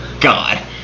god